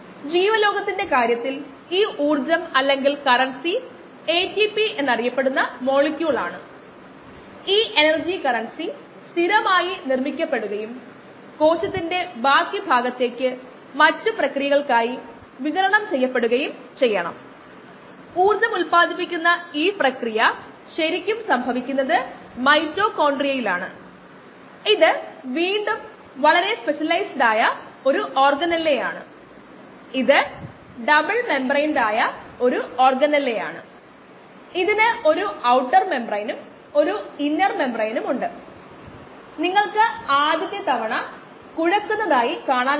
1ln xx0t0t അറിയപ്പെടുന്ന മൂല്യങ്ങൾ നമ്മൾ മാറ്റി എഴുതോകയാണന്കിൽ നമുക്ക് 1 മുതൽ 0